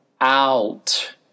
Out